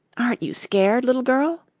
aren't you scared, little girl?